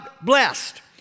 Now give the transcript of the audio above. blessed